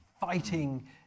fighting